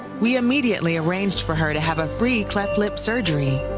we immediately arranged for her to have a free cleft lip surgery.